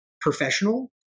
professional